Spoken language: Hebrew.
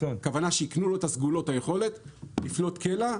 שהיקנו לו את סגולות היכולת לפלוט קלע,